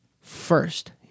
first